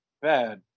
Bad